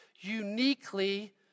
uniquely